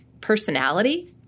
personality